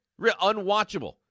Unwatchable